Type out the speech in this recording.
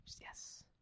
Yes